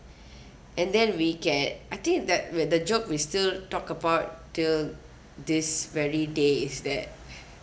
and then we get I think that where the joke we still talk about till this very day is that